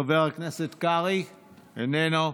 חבר הכנסת קרעי, איננו.